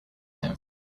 him